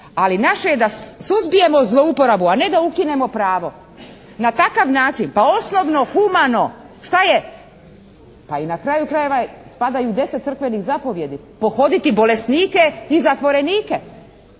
ali naše je da suzbijemo zlouporabu, a ne da ukinemo pravo. Na takav način pa osnovno humano šta je? Pa i na kraju krajeva spada i u 10 crkvenih zapovijedi pohoditi bolesnike i zatvorenike,